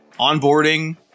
onboarding